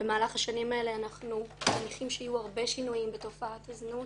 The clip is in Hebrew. במהלך השנים האלה אנחנו מניחים שיהיו הרבה שינויים בתופעת הזנות